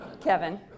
Kevin